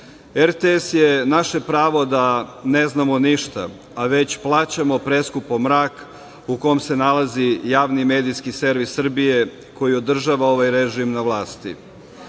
je naše pravo da ne znamo ništa, a već plaćamo preskupo mrak u kom se nalazi Javni medijski servis Srbije koji održava ovaj režim na vlasti. Prava